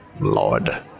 Lord